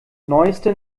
neueste